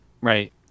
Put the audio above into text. right